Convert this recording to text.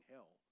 Hell